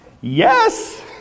yes